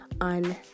on